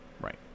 Right